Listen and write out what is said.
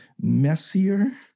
messier